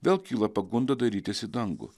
vėl kyla pagunda dairytis į dangų